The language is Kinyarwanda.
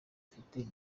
afite